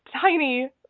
tiny